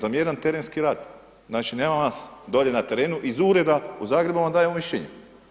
Zamjeram terenski rad, znači nema nas dolje na terenu iz ureda u Zagrebu vam daju mišljenje.